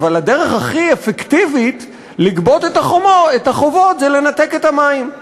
אבל הדרך הכי אפקטיבית לגבות את החובות היא לנתק את המים.